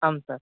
आं सर्